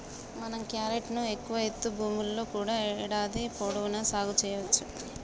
మనం క్యారెట్ ను ఎక్కువ ఎత్తు భూముల్లో కూడా ఏడాది పొడవునా సాగు సెయ్యవచ్చు